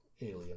alien